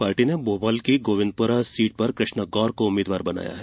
party ने भोपाल की Govindpura seat पर कृष्णा गौर को उम्मीदवार बनाया है